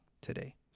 today